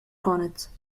konec